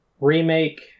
remake